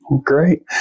Great